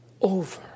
over